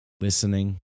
Listening